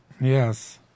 Yes